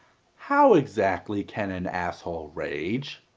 how exactly can an asshole rage?